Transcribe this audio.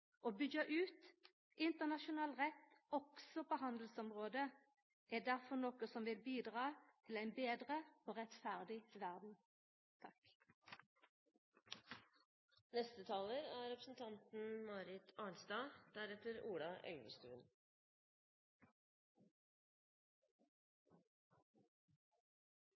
Å byggja ut internasjonal rett – også på handelsområdet – er derfor noko som vil bidra til ei betre og rettferdig